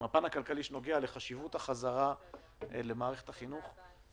מהפן הכלכלי שנוגע לחשיבות החזרה למערכת החינוך.